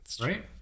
Right